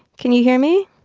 can you hear me?